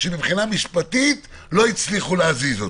שמבחינה משפטית לא הצליחו להזיז אותו.